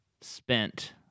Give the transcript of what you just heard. spent